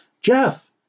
Jeff